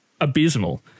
abysmal